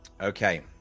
Okay